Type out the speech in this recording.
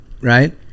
right